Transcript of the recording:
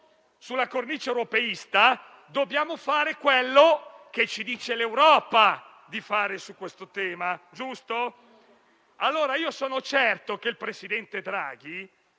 nella cornice europeista, dobbiamo fare quello che l'Europa ci dice di fare su questo tema. Giusto? Allora, io sono certo che il presidente Draghi